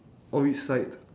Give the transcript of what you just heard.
on which side